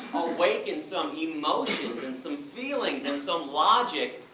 awaken some emotions and some feelings and some logic,